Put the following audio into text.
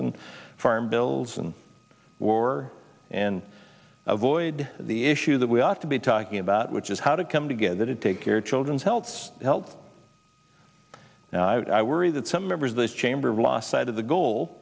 and farm bills and war and avoid the issue that we ought to be talking about which is how to come together to take care children's helps help but i worry that some members of this chamber of lost sight of the goal